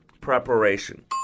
preparation